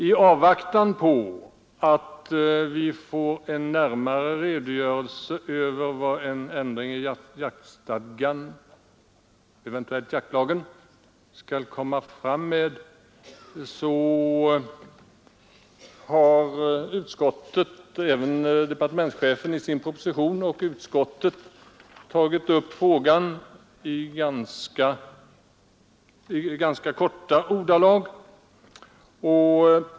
I avvaktan på att vi får en närmare redogörelse för vad en ändring i jaktstadgan — eventuellt jaktlagen — skall innebära, har departementschefen i sin proposition och även utskottet tagit upp frågan i ganska korta ordalag.